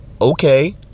Okay